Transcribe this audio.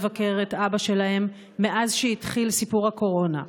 לבקר את אבא שלהם מאז שהתחיל סיפור הקורונה.